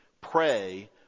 pray